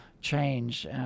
change